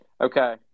okay